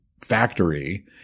factory